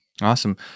Awesome